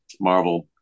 marvel